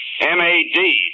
M-A-D